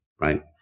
right